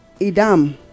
Idam